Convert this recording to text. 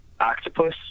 Octopus